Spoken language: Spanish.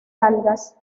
algas